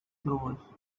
clovers